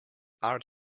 art